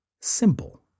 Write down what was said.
Simple